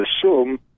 assume